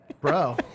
Bro